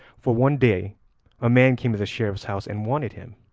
for one day a man came to the sheriff's house and wanted him.